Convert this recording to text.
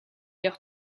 leur